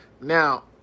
Now